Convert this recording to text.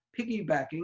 piggybacking